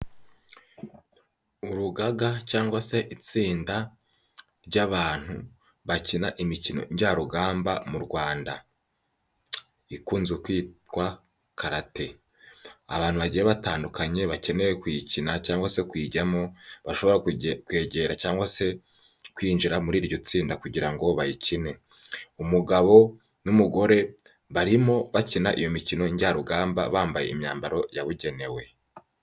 Urugaga cyangwa se itsinda ry'abantu bakina imikino njyarugamba mu Rwanda. Ikunze kwitwa karate. Abantu bagiye batandukanye bakeneye kuyikina cyangwa se kuyijyamo bashobora kwegera cyangwa se kwinjira muri iryo tsinda kugira ngo bayikine. Umugabo n'umugore barimo bakina iyo mikino njyarugamba bambaye imyambaro yabugenewe.